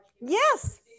Yes